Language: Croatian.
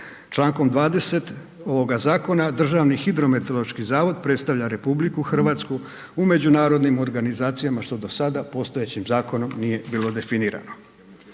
Člankom 20. ovoga zakona Državni hidrometeorološki zavod predstavlja RH u međunarodnim organizacijama što do sada postojećim zakonom nije bilo definirano.